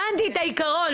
הבנתי את העיקרון.